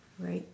right